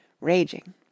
raging